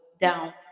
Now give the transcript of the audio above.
down